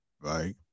right